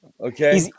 Okay